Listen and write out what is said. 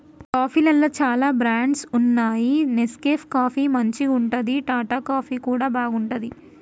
కాఫీలల్ల చాల బ్రాండ్స్ వున్నాయి నెస్కేఫ్ కాఫీ మంచిగుంటది, టాటా కాఫీ కూడా బాగుంటది